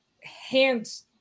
hands